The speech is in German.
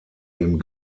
dem